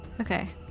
Okay